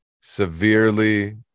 severely